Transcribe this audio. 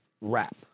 rap